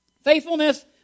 faithfulness